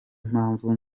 mpamvu